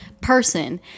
person